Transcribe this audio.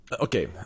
okay